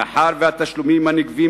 מאחר שהתשלומים הנגבים